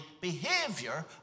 behavior